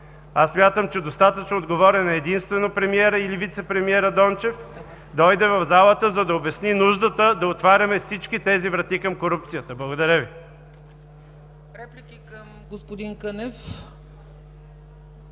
аз смятам, че достатъчно отговорен е единствено премиерът или вицепремиерът Дончев – дойде в залата, за да обясни нуждата да отваряме всички тези врати към корупцията. Благодаря Ви.